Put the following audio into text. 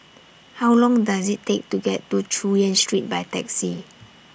How Long Does IT Take to get to Chu Yen Street By Taxi